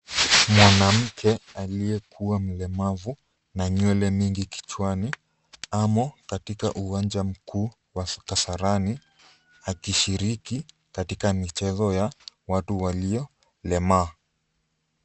Mwanamke aliyekuwa mlemavu na nywele mingi kichwani, amo katika uwanja mkuu Kasarani, akishiriki katika michezo ya watu waliolemaa.